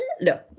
no